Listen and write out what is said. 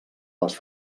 les